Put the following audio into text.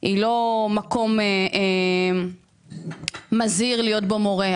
היא לא מקום מזהיר להיות בו מורה.